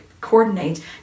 coordinate